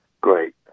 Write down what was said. Great